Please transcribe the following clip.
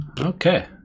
Okay